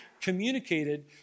communicated